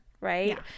right